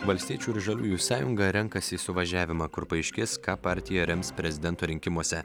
valstiečių ir žaliųjų sąjunga renkasi į suvažiavimą kur paaiškės ką partija rems prezidento rinkimuose